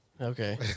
Okay